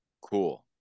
cool